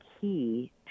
key